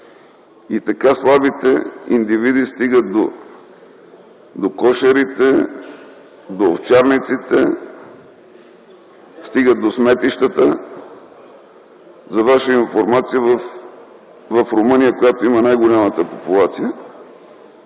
И така, слабите индивиди стигат до кошерите, до овчарниците, до сметищата. За ваша информация, в Румъния, която има най-голямата популация,